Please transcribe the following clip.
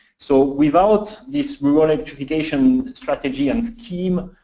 so without this rural electrification strategy and scheme,